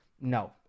No